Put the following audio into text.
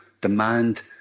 demand